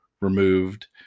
removed